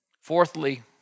Fourthly